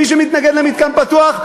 מי שמתנגד למתקן פתוח,